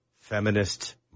feminist